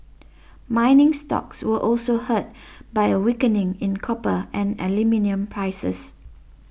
mining stocks were also hurt by a weakening in copper and aluminium prices